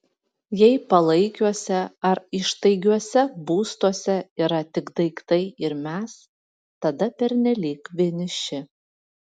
jei palaikiuose ar ištaigiuose būstuose yra tik daiktai ir mes tada pernelyg vieniši